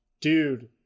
Dude